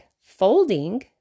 folding